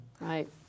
Right